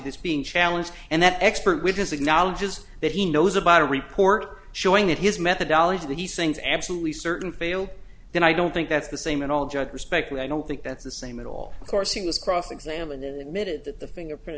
this being challenged and that expert witness acknowledges that he knows about a report showing that his methodology these things absolutely certain fail then i don't think that's the same at all just respectfully i don't think that's the same at all of course he was cross examined the minute that the fingerprint